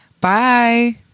Bye